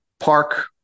Park